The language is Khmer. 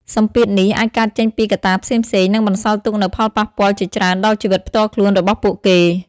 សម្ពាធនេះអាចកើតចេញពីកត្តាផ្សេងៗ និងបន្សល់ទុកនូវផលប៉ះពាល់ជាច្រើនដល់ជីវិតផ្ទាល់ខ្លួនរបស់ពួកគេ ។